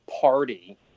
party